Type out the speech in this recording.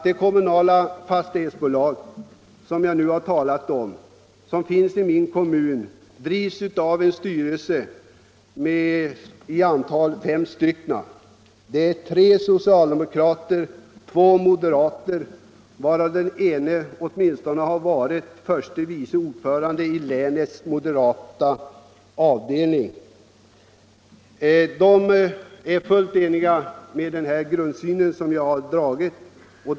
Det kommunala fastighetsbolaget i min kommun drivs av en styrelse med fem ledamöter, tre socialdemokrater och två moderater. Den ene av dessa två moderater har varit förste vice ordförande i länets avdelning av moderata samlingspartiet. De delar den grundsyn som jag här har skisserat.